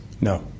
No